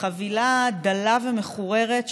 חבילה דלה ומחוררת,